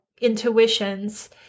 intuitions